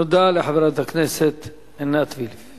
תודה לחברת הכנסת עינת וילף.